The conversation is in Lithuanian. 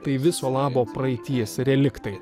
tai viso labo praeities reliktai